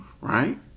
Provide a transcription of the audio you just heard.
right